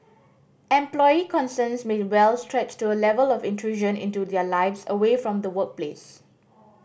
employee concerns may well stretch to a level of intrusion into their lives away from the workplace